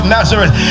Nazareth